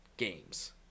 games